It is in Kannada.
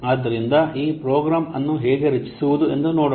ಆದ್ದರಿಂದ ಈಗ ಪ್ರೋಗ್ರಾಂ ಅನ್ನು ಹೇಗೆ ರಚಿಸುವುದು ಎಂದು ನೋಡೋಣ